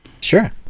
Sure